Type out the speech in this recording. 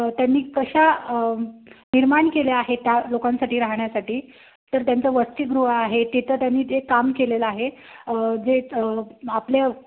त्यांनी कशा निर्माण केल्या आहेत त्या लोकांसाठी राहण्यासाठी तर त्यांचं वसतिगृह आहे तिथं त्यांनी जे काम केलेलं आहे जे आपल्या